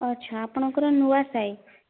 ଓଃ ଆଚ୍ଛା ଆପଣଙ୍କର ନୂଆ ସାହି